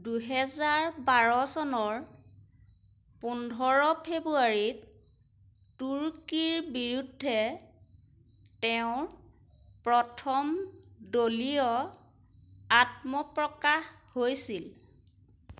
দুহেজাৰ বাৰ চনৰ পোন্ধৰ ফেব্ৰুৱাৰীত তুৰ্কীৰ বিৰুদ্ধে তেওঁৰ প্ৰথম দলীয় আত্মপ্ৰকাশ হৈছিল